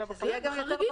שזה יהיה גם יותר ברור.